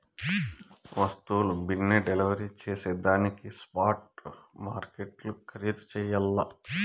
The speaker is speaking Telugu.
వస్తువుల బిన్నే డెలివరీ జేసేదానికి స్పాట్ మార్కెట్లు ఖరీధు చెయ్యల్ల